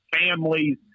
families